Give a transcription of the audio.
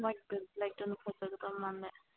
ꯋꯥꯏꯠꯀ ꯕ꯭ꯂꯦꯛꯇꯨꯅ ꯐꯖꯒꯗꯕ ꯃꯥꯜꯂꯦ